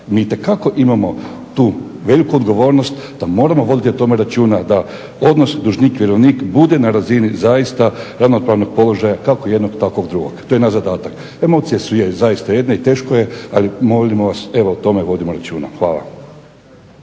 Mi itekako imamo tu veliku odgovornost da moramo voditi o tome računa, da odnos dužnik-vjerovnik bude na razini zaista ravnopravnog položaja, kako jednog, tako i drugog. To je naš zadatak. Emocije su zaista jedne i teško je, ali molimo vas, evo o tome vodimo računa. Hvala.